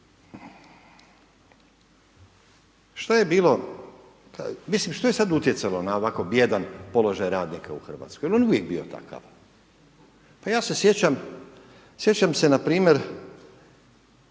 Što je bilo, mislim što je sad utjecalo na ovako bijedan položaj radnika u Hrvatskoj? Jel' on uvijek bio takav? Pa ja se sjećam, sjećam se na primjer